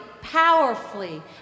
powerfully